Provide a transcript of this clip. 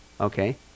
Okay